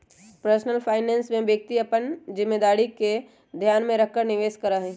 personal finance में व्यक्ति अपन जिम्मेदारी के ध्यान में रखकर निवेश करा हई